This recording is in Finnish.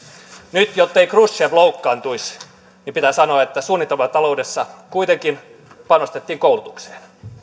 nyt jottei hrustsov loukkaantuisi niin pitää sanoa että suunnitelmataloudessa kuitenkin panostettiin koulutukseen